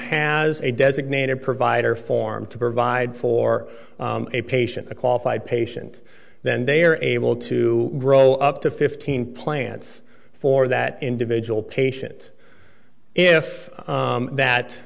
has a designated provider form to provide for a patient a qualified patient then they are able to roll up to fifteen plans for that individual patient if that